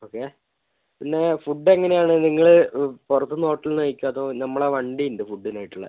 okay പിന്നെ food എങ്ങനെയാണ് നിങ്ങള് പുറത്ത് നിന്ന് ഹോട്ടലിൽ നിന്ന് കഴിക്കുമോ അതോ നമ്മളുടെ വണ്ടി ഉണ്ട് ഫുഡിനായിട്ടുള്ളത്